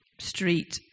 street